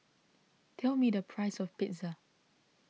tell me the price of Pizza